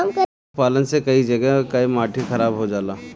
पशुपालन से कई जगह कअ माटी खराब हो जाला